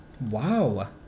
Wow